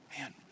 man